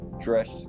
dress